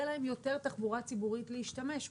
להם יותר תחבורה ציבורית להשתמש בה.